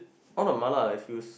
all the mala I feels